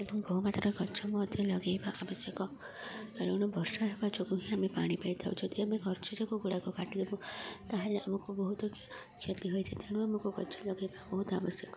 ଏବଂ ବହୁମାତ୍ରା ଗଛ ମଧ୍ୟ ଲଗେଇବା ଆବଶ୍ୟକ କାରଣ ବର୍ଷା ହେବା ଯୋଗୁ ହି ଆମେ ପାଣି ପାଇଥାଉ ଯଦି ଆମେ ଗଛ ଯାକ ଗୁଡ଼ାକ କାଟିଦେବୁ ତାହେଲେ ଆମକୁ ବହୁତ କ୍ଷତି ହୋଇଥାଏ ତେଣୁ ଆମକୁ ଗଛ ଲଗେଇବା ବହୁତ ଆବଶ୍ୟକ